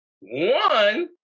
one